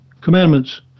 commandments